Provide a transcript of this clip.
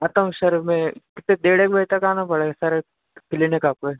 आता हूँ सर मैं कितने डेढ़ एक बजे तक आना पड़ेगा सर क्लिनिक आपके